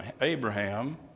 Abraham